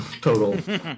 total